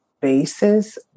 basis